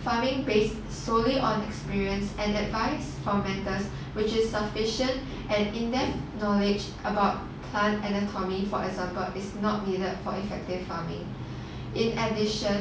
farming based solely on experience and advice from matters which is sufficient and in depth knowledge about plant anatomy for example is not needed for effective farming in addition